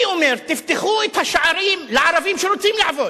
אני אומר, תפתחו את השערים לערבים שרוצים לעבוד.